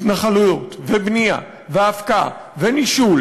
התנחלויות ובנייה והפקעה ונישול